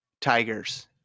Tigers